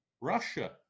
Russia